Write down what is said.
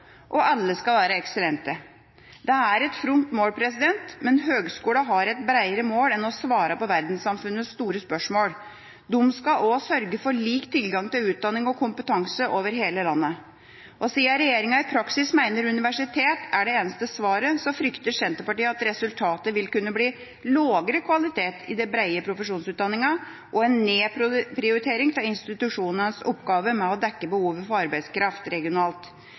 Og alle skal være «eksellente». Det er et fromt mål, men høgskolene har et bredere mål enn å svare på verdenssamfunnets store spørsmål. De skal også sørge for lik tilgang til utdanning og kompetanse over hele landet. Siden regjeringa i praksis mener universitet er det eneste svaret, frykter Senterpartiet at resultatet vil kunne bli lavere kvalitet i de brede profesjonsutdanningene og en nedprioritering av institusjonenes oppgave med å dekke behovet for arbeidskraft regionalt.